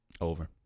Over